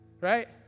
Right